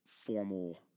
formal